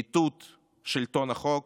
מיטוט שלטון החוק,